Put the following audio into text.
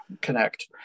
connect